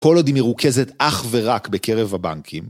‫פול אודי מרוכזת אך ורק בקרב הבנקים.